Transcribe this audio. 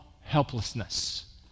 helplessness